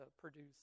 produce